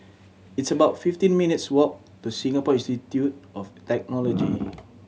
it's about fifteen minutes walk to Singapore Institute of Technology